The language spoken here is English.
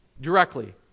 Directly